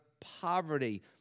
poverty